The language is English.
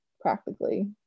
practically